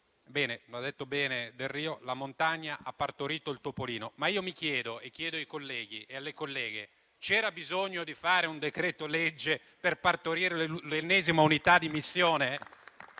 ben detto il collega Delrio, la montagna ha partorito un topolino, ma io chiedo ai colleghi e alle colleghe se c'era bisogno di varare un decreto-legge per partorire l'ennesima unità di missione